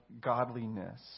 godliness